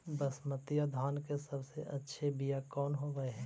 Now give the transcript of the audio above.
बसमतिया धान के सबसे अच्छा बीया कौन हौब हैं?